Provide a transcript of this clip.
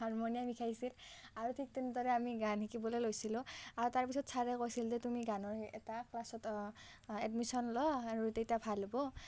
harmonium শিকাইছিল আৰু ঠিক তেনেদৰে আমি গান শিকিবলে লৈছিলোঁ আৰু তাৰ পিছত ছাৰে কৈছিল যে তুমি গানৰ এটা ক্লাছত এডমিশ্যন লোৱা আৰু তেতিয়া ভাল হ'ব